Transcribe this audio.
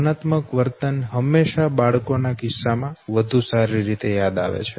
ભાવનાત્મક વર્તન હંમેશાં બાળકોના કિસ્સામાં વધુ સારી રીતે યાદ આવે છે